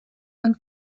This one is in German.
und